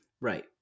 Right